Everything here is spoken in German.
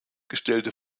gestellte